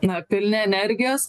na pilni energijos